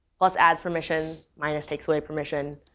plus adds permission. minus takes away permission.